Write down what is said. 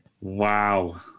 Wow